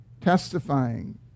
testifying